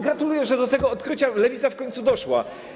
Gratuluję, że do tego odkrycia Lewica w końcu doszła.